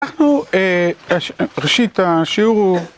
אנחנו ראשית השיעור הוא...